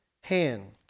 hand